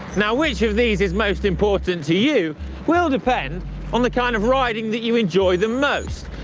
now which of these is most important to you will depend on the kind of riding that you enjoy the most.